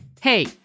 Hey